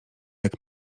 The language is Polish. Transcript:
jak